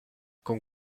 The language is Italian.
con